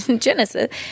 Genesis